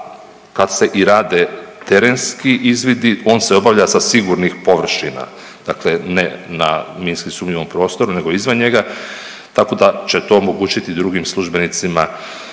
kad se i rade terenski izvidi on se obavlja sa sigurnih površina. Dakle, ne na minski sumnjivom prostoru nego izvan njega tako da će to omogućiti drugim službenicima